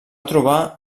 trobar